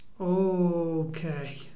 Okay